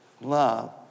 love